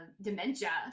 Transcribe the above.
dementia